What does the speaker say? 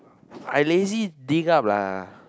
I lazy dig up